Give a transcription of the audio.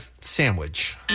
sandwich